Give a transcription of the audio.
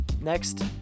Next